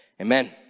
amen